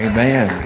Amen